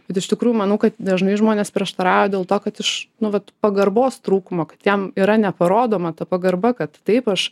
bet iš tikrųjų manau kad dažnai žmonės prieštarauja dėl to kad iš nu vat pagarbos trūkumo kitiem yra neparodoma ta pagarba kad taip aš